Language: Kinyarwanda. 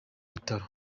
bitaro